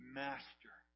master